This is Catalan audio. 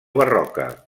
barroca